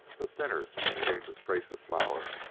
the thinner became the trace of flour,